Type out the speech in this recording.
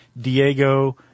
Diego